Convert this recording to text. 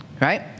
right